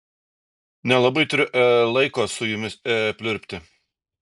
nelabai turiu e laiko su jumis e pliurpti